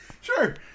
Sure